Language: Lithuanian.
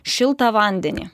šiltą vandenį